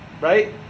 right